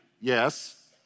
yes